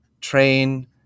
train